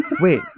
Wait